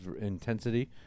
intensity